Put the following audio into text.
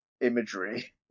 imagery